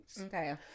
okay